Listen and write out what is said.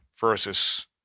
versus